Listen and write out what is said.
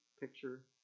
picture